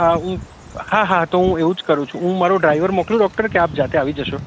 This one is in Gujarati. આ હું હા હા તો હું એવું જ કરું છું હું મારો ડ્રાઈવર મોકલું ડૉક્ટર કે આપ જાતે આવી જશો